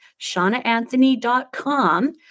shaunaanthony.com